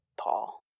Paul